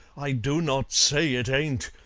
i do not say it ain't,